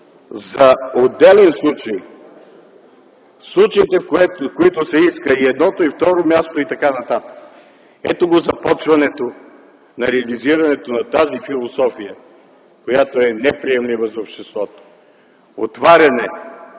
за отделен случай случаите, в които се иска и едното, и второто, и т.н. Ето го започването на реализирането на тази философия, която е неприемлива за обществото – отваряне,